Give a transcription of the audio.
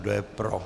Kdo je pro?